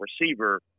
receiver